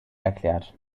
erklärt